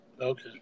Okay